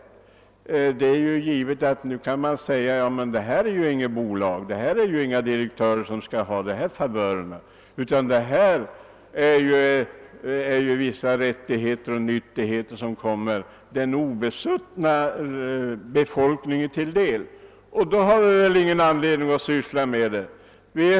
Nu kan man självfallet säga att i det nu aktuella fallet är det inga bolag eller direktörer som skall ha dessa favörer, utan att detta är vissa rättigheter och nyttigheter som kommer den obesuttna befolkningen till del. Då har man väl ingen anledning att syssla med detta.